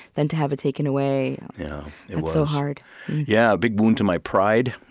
then to have it taken away that's so hard yeah, a big wound to my pride,